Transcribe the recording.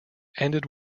ended